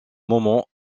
moment